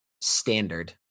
standard